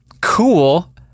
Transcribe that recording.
cool